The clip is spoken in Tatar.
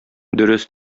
дөрес